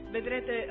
Vedrete